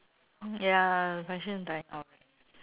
ya fashion